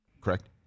Correct